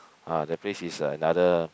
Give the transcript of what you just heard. ah that place is another